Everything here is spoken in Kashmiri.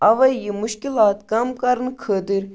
اَوَے یہِ مُشکِلات کَم کرنہٕ خٲطرٕ